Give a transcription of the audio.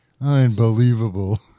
Unbelievable